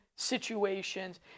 situations